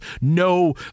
no